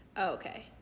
Okay